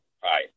Hi